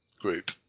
group